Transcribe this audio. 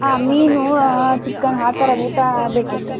ಆ ಮೀನು ಚಿಕನ್ ಆ ಥರ ಊಟ ಬೇಕಿತ್ತು